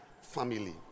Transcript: family